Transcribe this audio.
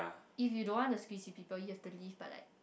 if you don't want to squeeze with people you have to leave by like